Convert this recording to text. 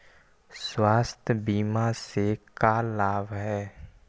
स्वास्थ्य बीमा से का लाभ है?